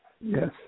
Yes